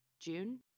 June